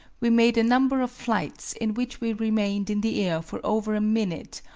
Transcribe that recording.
we made a number of flights in which we remained in the air for over a minute,